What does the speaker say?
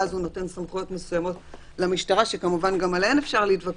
ואז הוא נותן סמכויות מסוימות למשטרה שכמובן גם עליהן אפשר להתווכח,